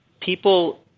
People